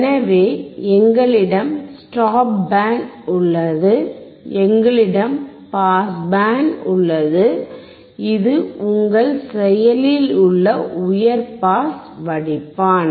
எனவே எங்களிடம் stop band உள்ளது எங்களிடம் பாஸ் பேண்ட் உள்ளது இது உங்கள் செயலில் உள்ள உயர் பாஸ் வடிப்பான்